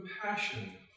Compassion